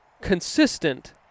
consistent